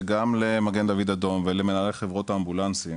גם למגן דוד אדום ולמנהלי חברות האמבולנסים